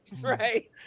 Right